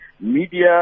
media